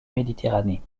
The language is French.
méditerranée